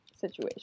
situation